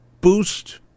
boost